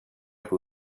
who